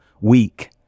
weak